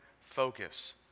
focus